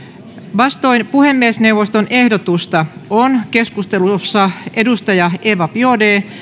vastoin puhemiesneuvoston ehdotusta on keskustelussa eva